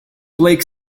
blake